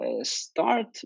start